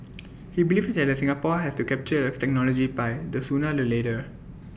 he believes that the Singapore has to capture the technology pie the sooner the letter